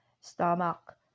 stomach